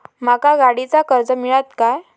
माका गाडीचा कर्ज मिळात काय?